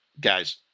guys